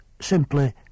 simply